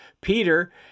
Peter